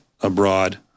abroad